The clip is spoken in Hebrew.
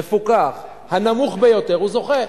מפוקח, הנמוך ביותר הוא זוכה.